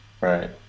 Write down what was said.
right